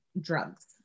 drugs